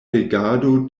regado